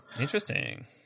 Interesting